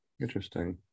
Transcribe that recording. interesting